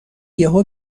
یهو